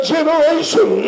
generation